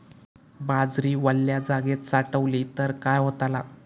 बाजरी वल्या जागेत साठवली तर काय होताला?